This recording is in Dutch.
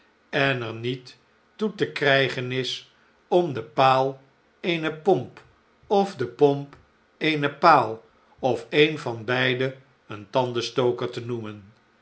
en er niet toe te krijgen is om den paal eene pomp of de pomp een paal of een van beide een tandenstoker te noemen